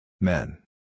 Men